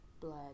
blood